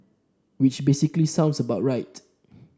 which basically sounds about right